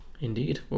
Indeed